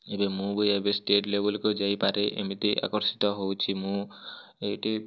ଏବେ ମୁଁ ବି ଏବେ ଷ୍ଟେଟ୍ ଲେବଲ୍କୁ ଯାଇପାରେ ଏମିତି ଆକର୍ଷିତ ହେଉଛି ମୁଁ ଏଇଟି